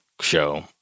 show